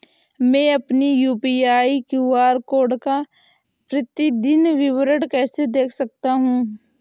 मैं अपनी UPI QR code का प्रतीदीन विवरण कैसे देख सकता हूँ?